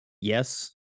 yes